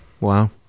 wow